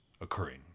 occurring